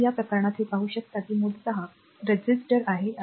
तर या प्रकरणात हे पाहू शकता की मूलतः हे प्रतिरोधक आहे